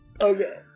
Okay